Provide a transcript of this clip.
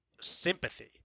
sympathy